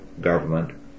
government